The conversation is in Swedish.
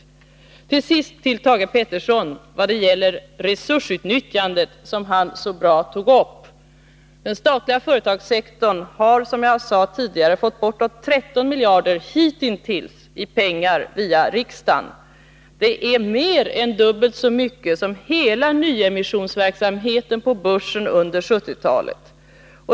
Till sist vill jag säga några ord till Thage Peterson. Han tog upp frågan om resursutnyttjandet, och det var bra. Den statliga företagssektorn har, som jag sade tidigare, hitintills fått bortåt 13 miljarder genom beslut i riksdagen. Det är mer än dubbelt så mycket som alla nyemissioner på börsen under 1970-talet.